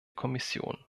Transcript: kommission